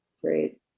Great